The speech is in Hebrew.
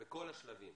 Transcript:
בכל השלבים,